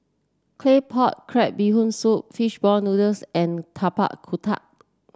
Claypot Crab Bee Hoon Soup fish ball noodles and Tapak Kuda